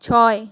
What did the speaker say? ছয়